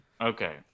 Okay